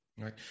Right